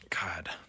god